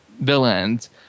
villains